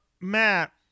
Matt